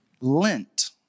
Lent